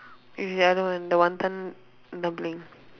it's the other one the wanton dumpling